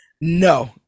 No